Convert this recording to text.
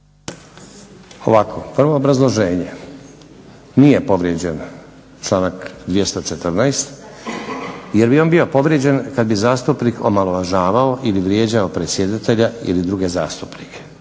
Ovako, prvo obrazloženje. Nije povrijeđen članak 214. jer bi on bio povrijeđen kad bi zastupnik omalovažavao ili vrijeđao predsjedatelja ili druge zastupnike.